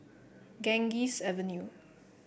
Ganges Avenue